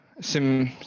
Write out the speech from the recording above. sim